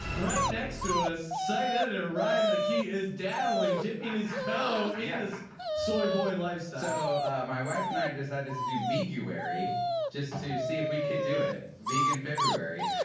right next to us site editor ryan mckee is dabbling dipping his toe in this soy boy lifestyle so my wife and i and decided to do v jury just to see if we could do it vegan february.